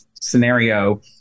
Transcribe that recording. scenario